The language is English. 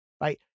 right